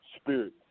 spirit